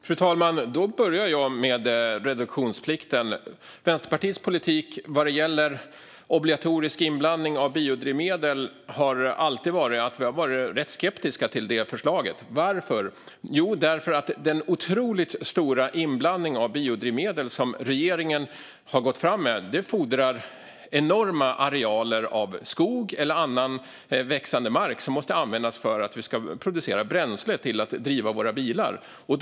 Fru talman! Då börjar jag med reduktionsplikten. Vänsterpartiets politik vad gäller obligatorisk inblandning av biodrivmedel har alltid varit att vi är rätt skeptiska. Varför? Jo, den otroligt stora inblandning av biodrivmedel som regeringen har gått fram med fordrar enorma arealer av skog eller annan växande mark, som då måste användas till att producera bränsle att driva våra bilar med.